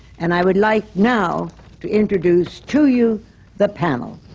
and i would like now to introduce to you the panel.